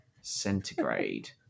centigrade